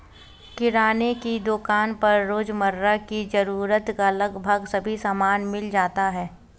किराने की दुकान पर रोजमर्रा की जरूरत का लगभग सभी सामान मिल जाता है